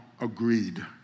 agreed